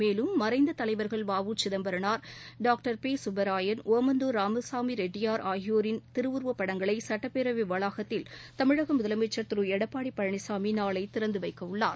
மேலும் மறைந்த தலைவர்கள் வட்ட சிதம்பரனார் டாக்டர் பி கப்பராயன் ஒமந்தூர் ராமசாமி ரெட்டியார் ஆகியோரின் திருவுருவப் படங்களை சுட்டப்பேரவை வளாகத்தில் தமிழக முதலமைச்சர் திரு எடப்பாடி பழனிசாமி நாளை திறந்து வைக்க உள்ளார்